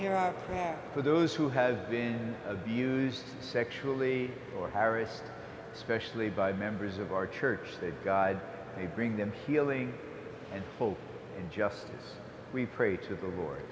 out for those who has been abused sexually or harris especially by members of our church that god may bring them healing and full justice we pray to the lord